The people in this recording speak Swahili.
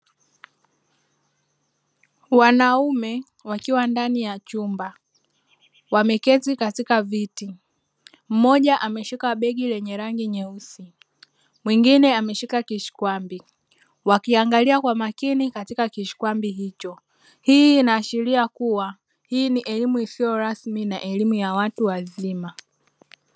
Wanaume wakiwa ndani ya chumba wameketi katika viti mmoja ameshika begi lenye rangi nyeusi mwingine ameshika kishkwambi, wakiangalia kwa makini katika kishkwambi hicho. Hii inaashiria kuwa hii ni elimu isiyo rasmi na elimu ya watu wazima.